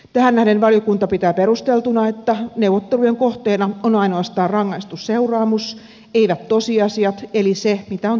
tähän nähden valiokunta pitää perusteltuna että neuvottelujen kohteena on ainoastaan rangaistusseuraamus eivät tosiasiat eli se mitä on tapahtunut